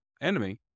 enemy